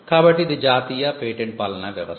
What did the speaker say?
కాబట్టి ఇది జాతీయ పేటెంట్ పాలనా వ్యవస్థ